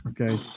Okay